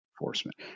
enforcement